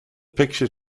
picture